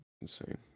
Insane